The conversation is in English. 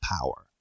power